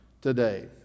today